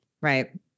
Right